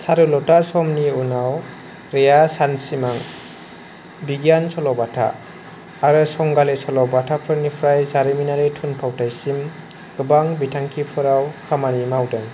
चारुलता समनि उनाव रेआ सानसिमां बिगियान सल'बाथा आरो संगालि सल'बाथा फोरनिफ्राय जारिमिनारि थुनफावथाइसिम गोबां बिथांखिफोराव खामानि मावदों